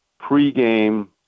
pregame